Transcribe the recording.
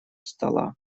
стола